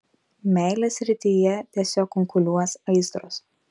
meilės srityje tiesiog kunkuliuos aistros